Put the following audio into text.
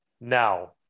Now